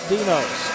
Dino's